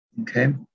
Okay